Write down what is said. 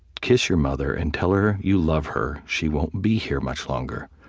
kiss your mother, and tell her you love her. she won't be here much longer.